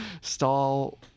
Stall